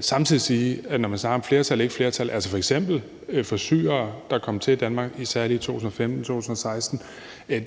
samtidig sige, at når man snakker om flertal og ikke flertal, altså f.eks. i forhold til syrere, der kom til Danmark, særlig i 2015 og 2016,